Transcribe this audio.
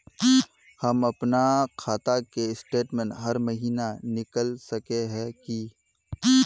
हम अपना खाता के स्टेटमेंट हर महीना निकल सके है की?